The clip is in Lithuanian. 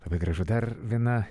labai gražu dar viena